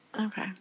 Okay